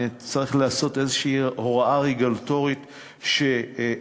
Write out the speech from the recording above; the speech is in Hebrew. נצטרך לעשות בהליך הזה של הפסקת הביטוח הוראה רגולטורית כלשהי שאוסרת